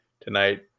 tonight